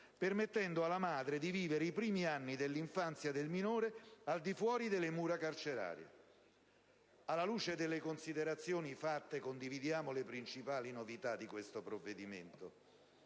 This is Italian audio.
permettendo alla madre di vivere i primi anni dell'infanzia del minore al di fuori delle mura carcerarie. Alla luce delle considerazioni fatte, condividiamo le principali novità di questo provvedimento: